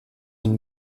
une